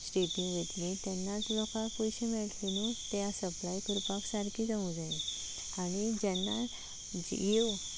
स्टेटी वयतलीं तेन्नाच लोकां पयशे मेळट्ले न्हूय तेआ सप्लाय करपाक सारकें जावं जायें आनी जेन्ना जी ईव